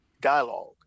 dialogue